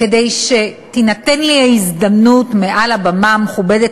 כדי שתינתן לי ההזדמנות מעל הבמה המכובדת